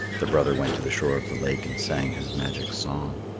the brother went to the shore of the lake and sang his magic song.